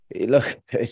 Look